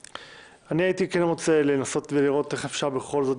הייתי רוצה לנסות לראות איך אפשר בכל זאת,